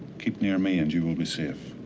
keep near me and you will be safe.